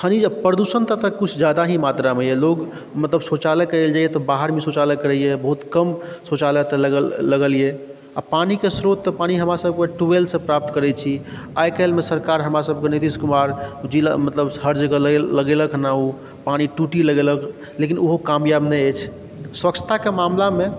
प्रदूषण तऽ एतऽ किछु ज्यादा ही मात्रामे अइ लोक मतलब शौचालय करैलए जाइए तऽ बाहरमे शौचालय करैए बहुत कम शौचालय एतऽ लगल अइ आओर पानीके स्रोत तऽ पानी हमरा सबके टुवेलसँ प्राप्त करै छी आइकाल्हिमे सरकार हमरा सबकेनितीश कुमार जिला मतलब हर जगह लगेलक हँ ओ पानी टूटी लगेलक लेकिन ओहो कामयाब नहि अछि स्वच्छताके मामलामे